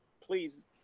please